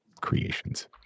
creations